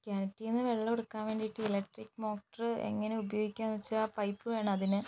കിണറ്റിൽ നിന്ന് വെള്ളം എടുക്കാൻ വേണ്ടിയിട്ട് ഇലക്ട്രിക്ക് മോട്ടറ് എങ്ങനെ ഉപയോഗിക്കാമെന്ന് വച്ചാൽ പൈപ്പ് വേണം അതിന്